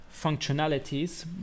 functionalities